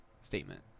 statement